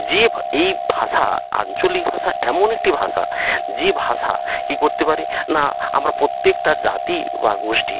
যে এই ভাষা আঞ্চলিক ভাষা এমন একটি ভাষা যে ভাষা কী করতে পারে না আমরা প্রত্যেকটা জাতি বা গোষ্টী